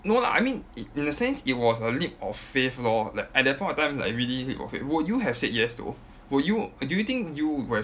no lah I mean in in a sense it was a leap of faith lor like at that point of time like really okay would you have said yes though would you do you think you would have